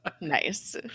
Nice